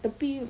tapi